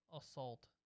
assault